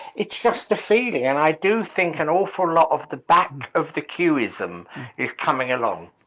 it's just the feeling. and i do think an awful lot of the back of the queuism is coming along.